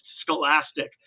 scholastic